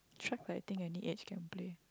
truck collecting any age can play